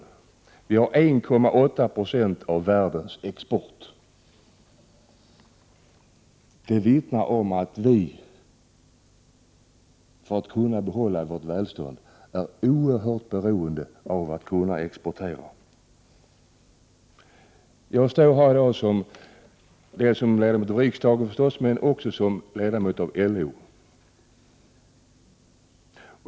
Sverige har 1,8 20 av världens export. Detta vittnar om att vi i Sverige för att kunna behålla vårt välstånd är oerhört beroende av att kunna exportera. Jag står här i dag som ledamot av riksdagen men också som ledamot av LO.